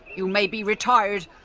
you may be retired,